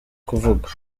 kuvuga